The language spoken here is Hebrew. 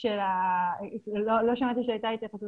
ולשלם לאותן נשים את דמי הלידה שהן זכאיות